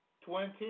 twenty